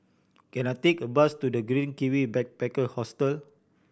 can I take a bus to The Green Kiwi Backpacker Hostel